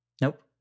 Nope